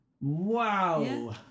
Wow